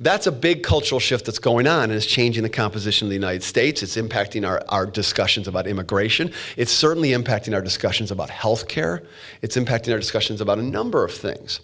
that's a big cultural shift that's going on it is changing the composition of the united states it's impacting our our discussions about immigration it's certainly impacting our discussions about health care it's impacting our discussions about a number of things